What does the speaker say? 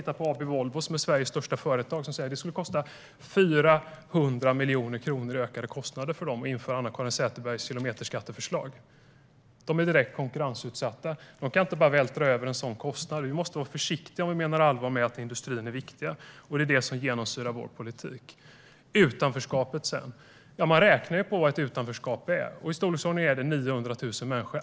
AB Volvo, som är Sveriges största företag, säger att det skulle innebära 400 miljoner kronor i ökade kostnader för dem att införa Anna-Caren Sätherbergs kilometerskatteförslag. De är direkt konkurrensutsatta och kan inte bara vältra över en sådan kostnad. Vi måste vara försiktiga om vi menar allvar med att industrin är viktig, och det är det som genomsyrar vår politik. När det gäller utanförskapet kan man ju räkna på det, och det är i storleksordningen 900 000 människor.